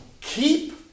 keep